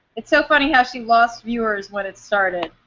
it's so funny how she lost viewers when it started